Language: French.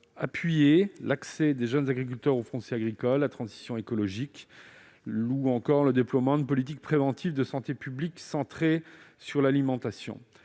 appuyer l'accès des jeunes agriculteurs au foncier agricole, la transition agroécologique ou encore le déploiement d'une politique préventive de santé publique centrée sur l'alimentation.